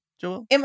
Joel